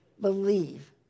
believe